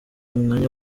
umwanya